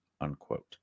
unquote